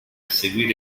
seguire